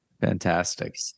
Fantastic